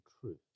truth